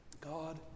God